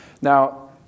Now